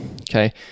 okay